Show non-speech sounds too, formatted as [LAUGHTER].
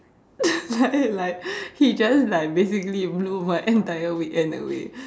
[LAUGHS] like he just like basically blew my entire weekend away